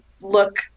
look